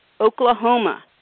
Oklahoma